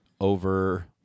over